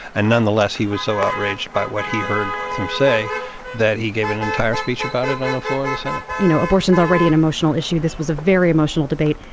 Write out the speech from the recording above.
and nonetheless, he was so outraged by what he heard northam say that he gave an entire speech about it on the floor of the senate you know, abortion is already an emotional issue. this was a very emotional debate.